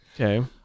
Okay